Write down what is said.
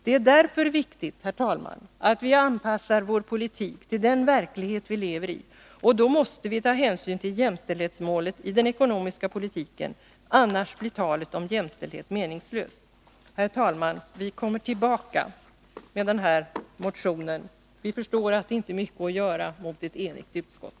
Det är därför viktigt, herr talman, att vi anpassar vår politik till den verklighet vi lever i, och då måste vi ta hänsyn till jämställdhetsmålet i den ekonomiska politiken. Annars blir talet om jämställdhet meningslöst. Herr talman! Vi kommer tillbaka med den här motionen. Vi förstår att det nu inte är mycket att göra, mot ett enigt utskott.